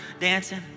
dancing